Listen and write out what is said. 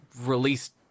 released